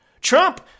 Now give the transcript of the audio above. Trump